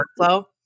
workflow